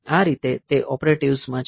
આ રીતે તે ઓપરેટિવ્સ માં છે